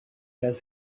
does